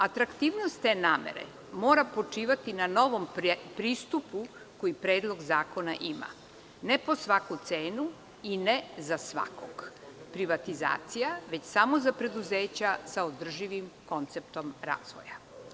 Atraktivnost te namere mora počivati na novom pristupu koji predlog zakona ima, ne po svaku cenu i ne za svakog, privatizacija, već samo za preduzeća sa održivim konceptom razvoja.